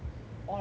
all the subject